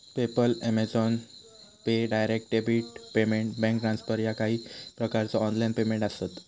PayPal, Amazon Pay, direct debit payment, bank transfer ह्या काही प्रकारचो ऑनलाइन पेमेंट आसत